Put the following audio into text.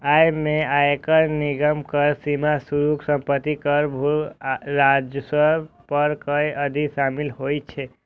अय मे आयकर, निगम कर, सीमा शुल्क, संपत्ति कर, भू राजस्व पर कर आदि शामिल होइ छै